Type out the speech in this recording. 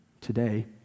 today